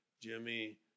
Jimmy